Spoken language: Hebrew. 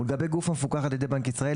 ולגבי גוף המפוקח על ידי בנק ישראל,